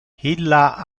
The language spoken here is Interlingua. illa